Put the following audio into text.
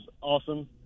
awesome